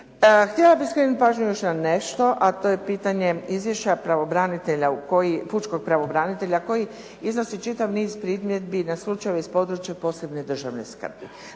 Htjela bih skrenuti pažnju još na nešto a to je pitanje izvješća pravobranitelja koji, pučkog pravobranitelja koji iznosi čitav niz primjedbi na slučajeve iz područja posebne državne skrbi.